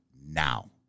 now